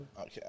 Okay